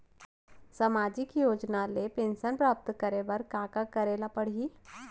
सामाजिक योजना ले पेंशन प्राप्त करे बर का का करे ल पड़ही?